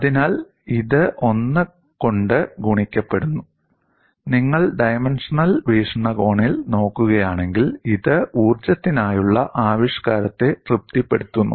അതിനാൽ ഇത് ഒന്ന് കൊണ്ട് ഗുണിക്കപ്പെടുന്നു നിങ്ങൾ ഡൈമൻഷണൽ വീക്ഷണകോണിൽ നോക്കുകയാണെങ്കിൽ ഇത് ഊർജ്ജത്തിനായുള്ള ആവിഷ്കാരത്തെ തൃപ്തിപ്പെടുത്തുന്നു